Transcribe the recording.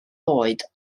oed